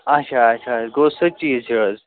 اچھا اچھا گوٚو سُہ چیٖز چھِ حظ